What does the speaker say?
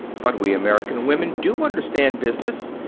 but we american women do understand business.